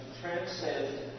transcend